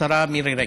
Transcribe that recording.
השרה מירי רגב.